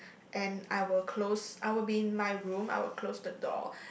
and I will close I'll be in my room I will close the door